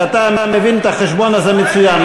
ואתה מבין את החשבון הזה מצוין.